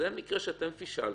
זה מקרה שאתם פישלתם,